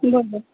बरं